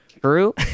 True